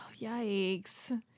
yikes